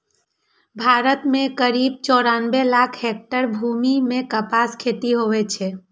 भारत मे करीब चौरानबे लाख हेक्टेयर भूमि मे कपासक खेती होइ छै